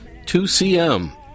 2CM